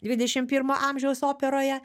dvidešimt pirmo amžiaus operoje